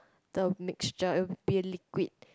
the mixture it will be a liquid